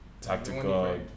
tactical